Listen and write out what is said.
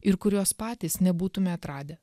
ir kurios patys nebūtume atradę